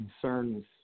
concerns